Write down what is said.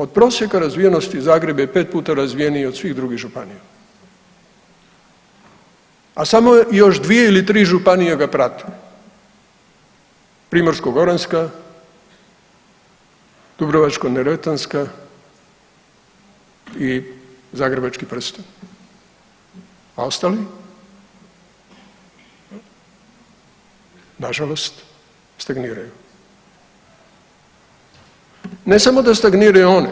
Od prosjeka razvijenosti Zagreb je 5 puta razvijeniji od svih drugih županija, a samo još dvije ili tri županije ga prate Primorsko-goranska, Dubrovačko-neretvanska i Zagrebački prsten, a ostali nažalost stagniraju Ne samo da stagniraju one,